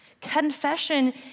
Confession